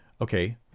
okay